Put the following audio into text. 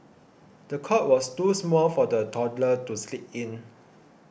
the cot was too small for the toddler to sleep in